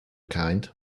kind